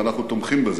ואנחנו תומכים בזה,